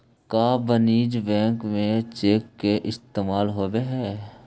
का वाणिज्य बैंक में चेक के इस्तेमाल होब हई?